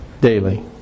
daily